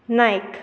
Naik